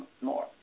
more